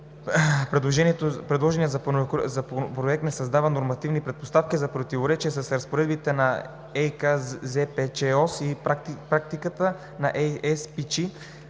предложеният Законопроект не създава нормативни предпоставки за противоречие с разпоредбите на ЕКЗПЧОС и практиката на ЕСПЧ.